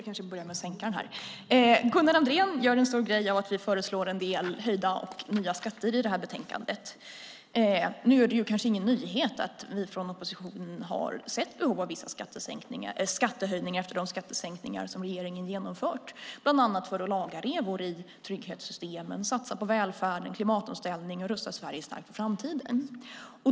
Fru talman! Gunnar Andrén gör en stor grej av att vi föreslår en del höjda och nya skatter i betänkandet. Det är kanske ingen nyhet att vi från oppositionen har sett behovet av vissa skattehöjningar efter de skattesänkningar som regeringen har genomfört, bland annat för att laga revor i trygghetssystemen, satsa på välfärden och klimatomställningen och för att rusta Sverige starkt för framtiden.